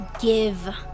give